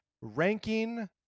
ranking